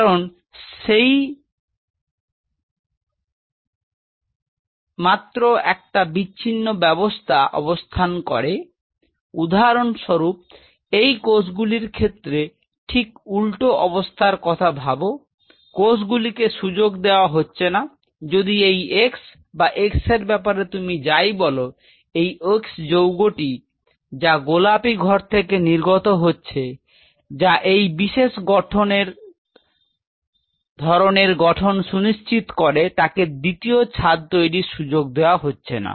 কারন যেই মাত্র একটা বিচ্ছিন্ন ব্যাবস্থা অবস্থান করে উদাহরণস্বরুপ এই কোষগুলির ক্ষেত্রে ঠিক উলট অবস্থার কথা ভাব কোষ গুলিকে সুযোগ দেওয়া হচ্ছে না যদি এই x বা x এর ব্যাপারে তুমি যাই বল এই x যৌগটি যা গোলাপি ঘর থেকে নির্গত হচ্ছে যা এই বিশেষ ধরনের গঠন সুনির্দিষ্ট করে তাকে দ্বিতীয় ছাদ তৈরির সুযোগ দেওয়া হচ্ছে না